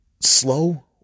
Slow